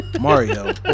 Mario